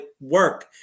work